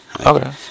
Okay